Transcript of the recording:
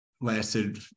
lasted